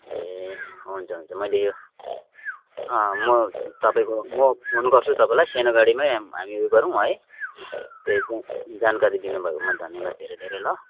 ए हुन्छ हुन्छ मैले यो म तपाईँको म फोन गर्छु तपाईँलाई सानो गाडीमै हामी उयो गरौँ है जानकारी दिनु भएकोमा धन्यवाद धेरै धेरै ल